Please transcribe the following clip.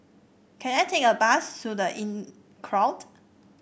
can I take a bus to The Inncrowd